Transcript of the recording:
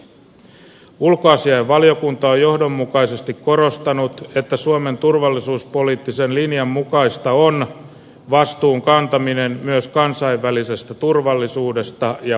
ulkoasiainvaliokunta on johdonmukaisesti korostanut että suomen turvallisuuspoliittisen linjan mukaista on vastuun kantaminen myös kansainvälisestä turvallisuudesta ja vakaudesta